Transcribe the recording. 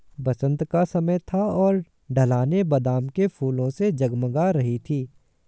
बसंत का समय था और ढलानें बादाम के फूलों से जगमगा रही थीं